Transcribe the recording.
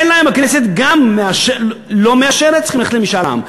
אלא גם אם הכנסת לא מאשרת, צריכים ללכת למשאל עם.